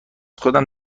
خودم